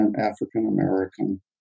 African-American